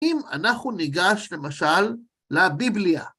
אם אנחנו ניגש למשל לביבליה.